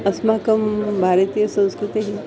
अस्माकं भारतीयसंस्कृतेः